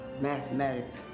mathematics